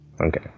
Okay